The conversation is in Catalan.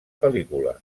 pel·lícula